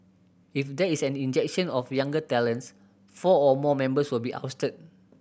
if there is an injection of younger talents four or more members will be ousted